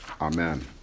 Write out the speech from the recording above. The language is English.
Amen